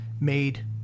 made